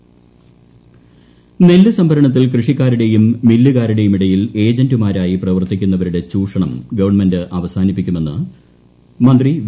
നെല്ല് സംഭരണം നെല്ല് സംഭരണത്തിൽ കൃഷിക്കാരുടെയും മില്ലുകാരുടെയും ഇടയിൽ എജന്റുമാരായി പ്രവത്തിക്കുന്നവരുടെ ചൂഷണം ഗവൺമെന്റ് അവസാനിപ്പിക്കുമെന്ന് മന്ത്രി വി